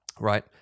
right